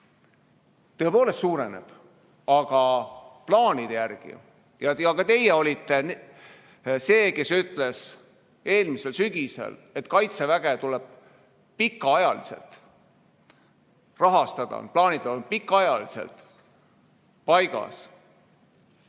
Tõepoolest suureneb, aga plaanide järgi. Ja teie olite ka see, kes ütles eelmisel sügisel, et Kaitseväge tuleb pikaajaliselt rahastada, plaanid on pikaks ajaks paigas